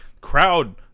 Crowd